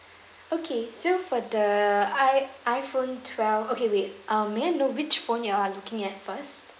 okay so for the I iPhone twelve okay wait uh may I know which phone you are looking at first